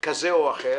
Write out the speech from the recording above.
כזה או אחר